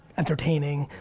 entertaining,